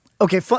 Okay